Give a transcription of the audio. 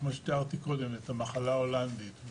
כמו שתיארתי קודם את המחלה ההולנדית,